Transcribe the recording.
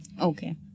okay